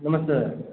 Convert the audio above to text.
नमस्ते सर